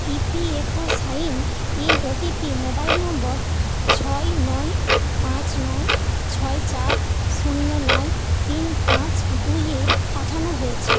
E P F O sign in OTP mobile number ছয় নয় পাঁচ নয় ছয় চার শূন্য নয় তিন পাঁচ দুই এ পাঠানো হয়েছে